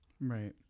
Right